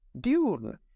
Dune